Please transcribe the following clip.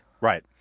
right